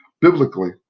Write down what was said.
Biblically